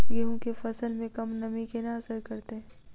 गेंहूँ केँ फसल मे कम नमी केना असर करतै?